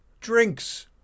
Drinks